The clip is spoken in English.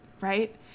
right